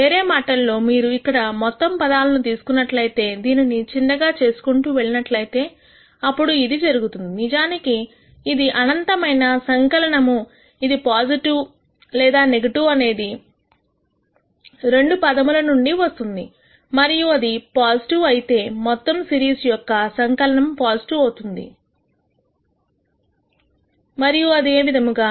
వేరే మాటల్లో మీరు ఇక్కడ మొత్తం పదాలను తీసుకున్నట్లయితే దీనిని చిన్నగా చేసుకుంటూ వెళ్ళినట్లయితే అప్పుడు ఇది జరుగుతుంది నిజానికి ఇది అనంతమైన సంకలనము ఇది పాజిటివ్ లేదా నెగటివ్ అనేది ఈ మొదటి రెండు పదములు నుండి వస్తుంది మరియు అది పాజిటివ్ అయితే మొత్తం సిరీస్ యొక్క సంకలనము పాజిటివ్ అవుతుంది మరియు అదే విధముగా